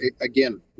again